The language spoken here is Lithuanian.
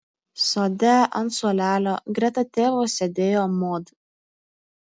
sode ant suolelio greta tėvo sėdėjo mod